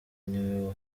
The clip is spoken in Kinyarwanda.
niwe